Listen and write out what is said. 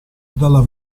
dalla